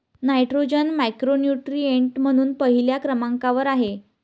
nitrogen macronutrient म्हणून पहिल्या क्रमांकावर आहे